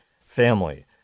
family